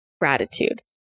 gratitude